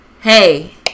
Hey